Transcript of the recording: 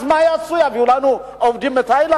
אז מה יעשו, יביאו לנו עובדים מתאילנד?